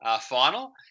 final